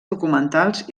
documentals